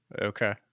Okay